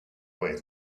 way